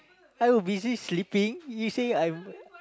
I were busy sleeping you say I'm